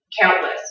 Countless